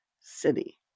city